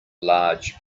large